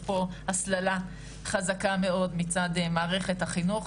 יש פה הסללה חזקה מאוד מצד מערכת החינוך,